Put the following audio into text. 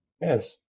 Yes